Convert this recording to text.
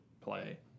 play